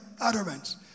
utterance